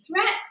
threat